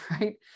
right